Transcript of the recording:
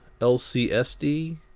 LCSD